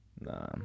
nah